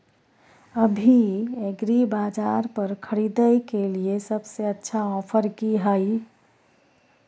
अभी एग्रीबाजार पर खरीदय के लिये सबसे अच्छा ऑफर की हय?